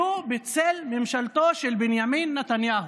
הם היו בצל ממשלתו של בנימין נתניהו.